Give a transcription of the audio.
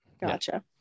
Gotcha